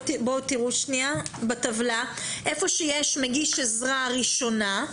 תסתכלו רגע איפה שיש "מגיש עזרה ראשונה"